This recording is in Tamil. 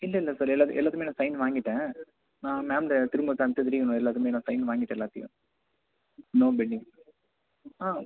இல்லல்லை சார் எல்லா எல்லாத்துலேயும் நான் சைன் வாங்கிவிட்டேன் நான் மேம்கிட்ட திரும்ப காண்மிச்சிட்டு திரும்பி எல்லாத்துலேயும் நான் சைன் வாங்கிவிட்டேன் எல்லாத்துலேயும் நோ பெண்டிங் ஆ